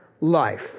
life